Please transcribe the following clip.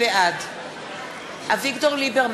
בעד אורלי לוי אבקסיס, אינה נוכחת אביגדור ליברמן,